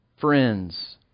friends